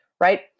right